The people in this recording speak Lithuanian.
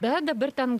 bet dabar ten